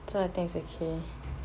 so I think it's okay